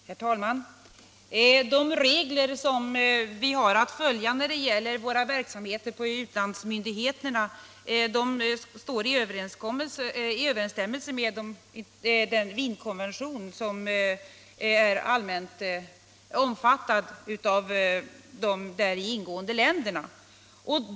Herr talman! De regler som vi har att följa när det gäller vår verksamhet på utlandsmyndigheterna står i överensstämmelse med den Wienkonvention, som är allmänt omfattad av de däri ingående länderna.